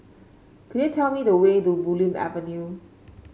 could you tell me the way to Bulim Avenue